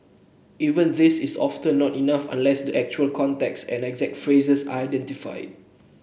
even this is often not enough unless the actual context and exact phrase are identified